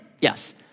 Yes